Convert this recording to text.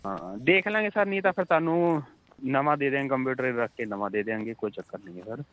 ਹਾਂ ਦੇਖ ਲਾਂਗੇ ਸਰ ਨਹੀਂ ਤਾਂ ਫਿਰ ਤੁਹਾਨੂੰ ਨਵਾਂ ਦੇ ਦਿਆਂਗੇ ਕੰਪਿਊਟਰ ਇਹ ਰੱਖ ਕੇ ਨਵਾਂ ਦੇ ਦਿਆਂਗੇ ਕੋਈ ਚੱਕਰ ਨਹੀਂ ਹੈ ਸਰ